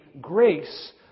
grace